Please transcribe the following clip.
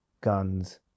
guns